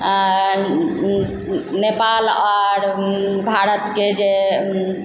आओर नेपाल आओर भारतके जे